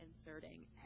inserting